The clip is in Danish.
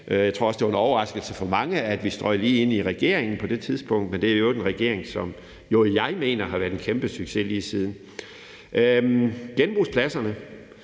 Jeg tror også, det var en overraskelse for mange, at vi strøg lige ind i regeringen på det tidspunkt – og det er jo i øvrigt en regering, som jeg jo mener har været en kæmpesucces lige siden. Om genbrugspladserne